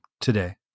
today